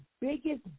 biggest